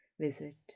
visit